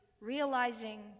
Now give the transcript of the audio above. realizing